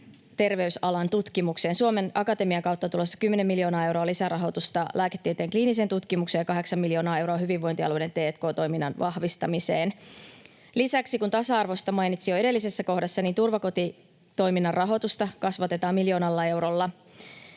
terveysalan tutkimukseen. Suomen Akatemian kautta on tulossa kymmenen miljoonaa euroa lisärahoitusta lääketieteen kliiniseen tutkimukseen ja kahdeksan miljoonaa euroa hyvinvointialueiden t&k-toiminnan vahvistamiseen. Lisäksi kun tasa-arvosta mainitsin jo edellisessä kohdassa, niin turvakotitoiminnan rahoitusta kasvatetaan miljoonalla eurolla.